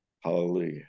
Hallelujah